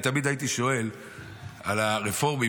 אני תמיד הייתי שואל על הרפורמים,